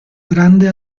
grande